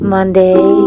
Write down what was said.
Monday